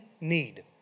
need